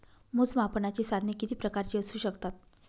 मोजमापनाची साधने किती प्रकारची असू शकतात?